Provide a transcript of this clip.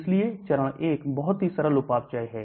इसलिए चरण 1 बहुत ही सरल उपापचय है